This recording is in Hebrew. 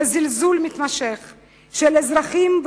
בזלזול מתמשך של אזרחים,